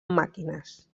màquines